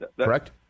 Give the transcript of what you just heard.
correct